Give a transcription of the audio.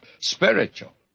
spiritual